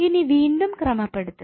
ഇനി വീണ്ടും ക്രമപ്പെടുത്തുക